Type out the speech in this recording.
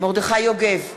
מרדכי יוגב,